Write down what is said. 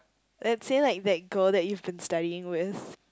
let's say like that girl that you've been studying with